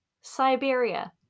Siberia